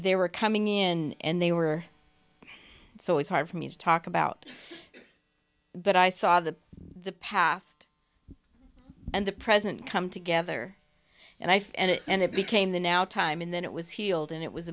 they were coming in and they were so it's hard for me to talk about but i saw that the past and the present come together and i found it and it became the now time and then it was healed and it was